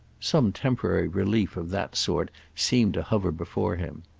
some temporary relief of that sort seemed to hover before him.